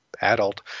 adult